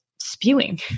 spewing